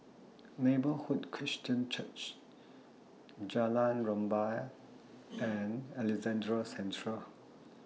Neighbourhood Christian Church Jalan Rumbia and Alexandra Central